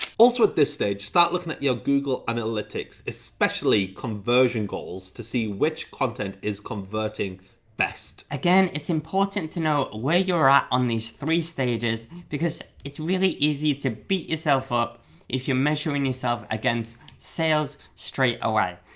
also at this stage, start looking at your google analytics especially conversion goals to see which content is converting best. again, it's important to know where you're at on these three stages because it's really easy to beat yourself up if you're measuring yourself against sales straight away.